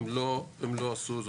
הם לא עשו זאת.